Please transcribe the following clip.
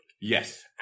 yes